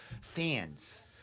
fans